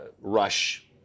Rush